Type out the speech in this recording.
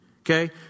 Okay